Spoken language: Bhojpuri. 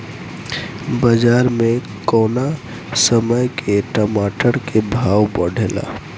बाजार मे कौना समय मे टमाटर के भाव बढ़ेले?